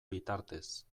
bitartez